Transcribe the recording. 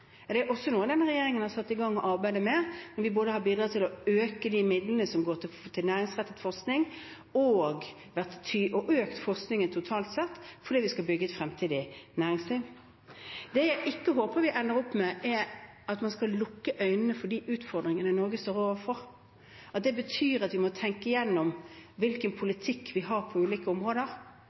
Det er også noe denne regjeringen har satt i gang arbeidet med, når vi både har bidratt til å øke de midlene som går til næringsrettet forskning, og økt forskningen totalt sett fordi vi skal bygge et fremtidig næringsliv. Det jeg håper vi ikke ender opp med, er at man skal lukke øynene for de utfordringene Norge står overfor. Det betyr at vi må tenke gjennom hvilken politikk vi har på ulike områder.